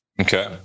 Okay